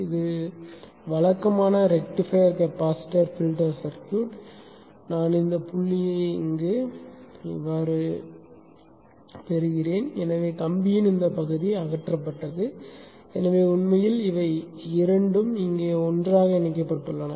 இது வழக்கமான rectifier capacitor filter circuit நான் இந்த புள்ளியை உடைத்தேன் எனவே கம்பியின் இந்த பகுதி அகற்றப்பட்டது எனவே உண்மையில் இவை இரண்டும் இங்கே ஒன்றாக இணைக்கப்பட்டுள்ளன